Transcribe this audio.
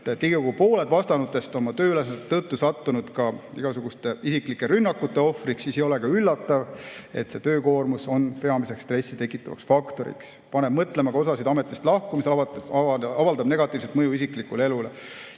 et ligikaudu pooled vastanutest on oma tööülesannete tõttu sattunud ka igasuguste isiklike rünnakute ohvriks, siis ei ole üllatav, et töökoormus on peamiseks stressi tekitavaks faktoriks, paneb osa kohtunikke mõtlema ametist lahkumisele ja avaldab negatiivset mõju isiklikule elule.